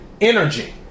energy